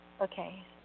Okay